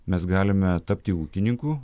mes galime tapti ūkininku